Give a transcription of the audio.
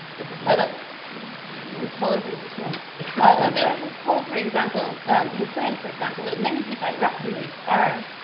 was a set up. the ontology of this room. omur has called, for example his claim, for example, that many hittite rock reliefs are,